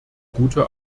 gute